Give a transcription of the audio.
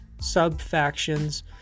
sub-factions